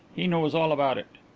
he knows all about it.